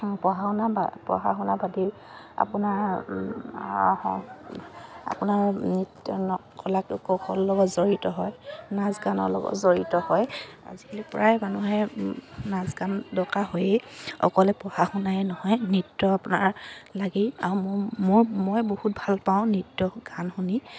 পঢ়া শুনা বা পঢ়া শুনা বাদ দিও আপোনাৰ আপোনাৰ নৃত্য কলাটো কৌশলৰ লগত জড়িত হয় নাচ গানৰ লগত জড়িত হয় আজিকালি প্ৰায় মানুহে নাচ গান দৰকাৰ হয়েই অকলে পঢ়া শুনাই নহয় নৃত্য আপোনাৰ লাগেই আৰু মোৰ মোৰ মই বহুত ভাল পাওঁ নৃত্য গান শুনি